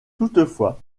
toutefois